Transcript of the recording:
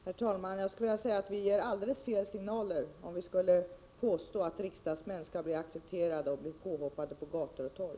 Herr talman! Jag skulle vilja säga att vi ger alldeles fel signaler om vi skulle påstå att riksdagsmän skall acceptera att bli påhoppade på gator och torg.